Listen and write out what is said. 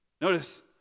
notice